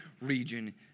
region